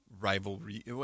rivalry